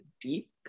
deep